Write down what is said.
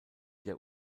der